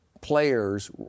players